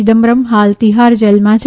ચિદમ્બરમ હાલ તિહાર જેલમાં છે